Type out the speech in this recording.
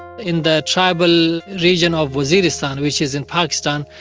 in the tribal region of waziristan, which is in pakistan,